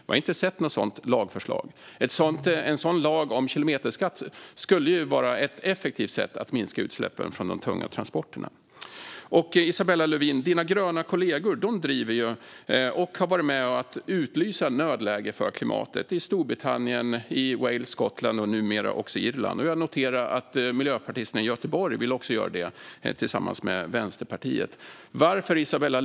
Jag har inte sett något sådant lagförslag. En sådan lag om kilometerskatt skulle ju vara ett effektivt sätt att minska utsläppen från de tunga transporterna. Isabella Lövins gröna kollegor i Storbritannien, Wales, Skottland och nu också Irland driver ju och har varit med om att utlysa nödläge för klimatet. Jag noterar att även miljöpartisterna i Göteborg tillsammans med Vänsterpartiet vill göra det.